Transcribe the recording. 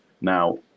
Now